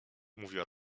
mówiła